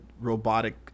robotic